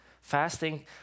Fasting